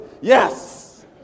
Yes